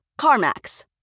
CarMax